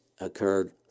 occurred